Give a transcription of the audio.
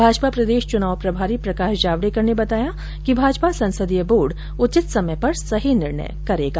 भाजपा प्रदेश चुनाव प्रभारी प्रकाश जावडेकर ने बताया कि भाजपा संसदीय बोर्ड उचित समय पर सही निर्णय करेगा